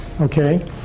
Okay